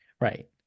right